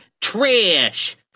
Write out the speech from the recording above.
trash